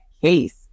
Case